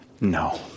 No